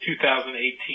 2018